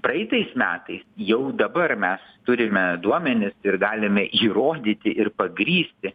praeitais metais jau dabar mes turime duomenis ir galime įrodyti ir pagrįsti